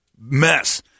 mess